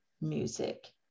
music